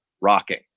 rocking